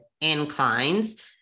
inclines